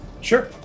Sure